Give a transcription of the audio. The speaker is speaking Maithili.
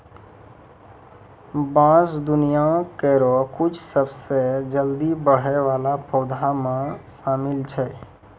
बांस दुनिया केरो कुछ सबसें जल्दी बढ़ै वाला पौधा म शामिल छै